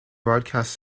broadcast